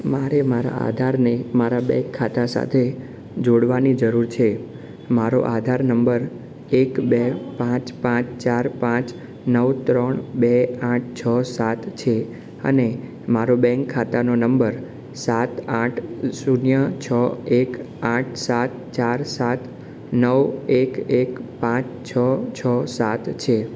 મારે મારા આધારને મારા બેન્ક ખાતા સાથે જોડવાની જરૂર છે મારો આધાર નંબર એક બે પાંચ પાંચ ચાર પાંચ નવ ત્રણ બે આઠ છ સાત છે અને મારો બેન્ક ખાતાનો નંબર સાત આઠ શૂન્ય છ એક આઠ સાત ચાર સાત નવ એક એક પાંચ છ છ સાત છે